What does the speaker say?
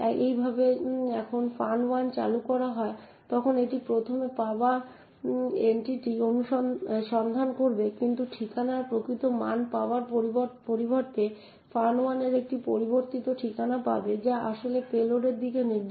এইভাবে যখন fun1 চালু করা হয় তখন এটি প্রথমে পাওয়া এন্ট্রিটি সন্ধান করবে কিন্তু ঠিকানার প্রকৃত মান পাওয়ার পরিবর্তে fun1 এর এটি পরিবর্তিত ঠিকানা পাবে যা আসলে পেলোডের দিকে নির্দেশ করে